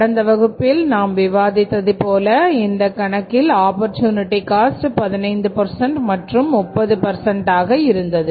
கடந்த வகுப்பில் நாம் விவாதித்தது போல இந்த கணக்கில் ஆப்பர்சூனிட்டி காஸ்ட் 15 மற்றும் 30 ஆக இருந்தது